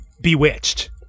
Bewitched